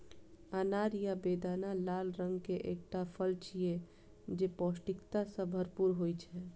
अनार या बेदाना लाल रंग के एकटा फल छियै, जे पौष्टिकता सं भरपूर होइ छै